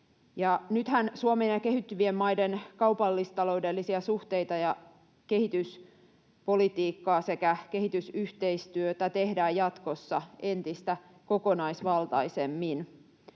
Nythän Suomen ja kehittyvien maiden kaupallis-taloudellisia suhteita ja kehityspolitiikkaa sekä kehitysyhteistyötä tehdään jatkossa entistä kokonaisvaltaisemmin,